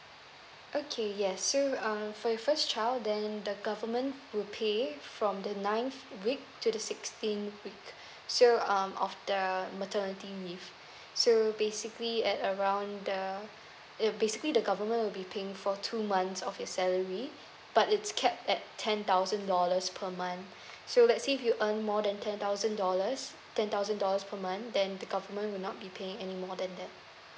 okay yes so um for your first child then the government will pay from the ninth week to the sixteenth week so um of the maternity leave so basically at around the ya basically the government will be paying for two months of your salary but it's capped at ten thousand dollars per month so let's say if you earn more than ten thousand dollars ten thousand dollars per month then the government will not be paying any more than that